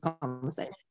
conversation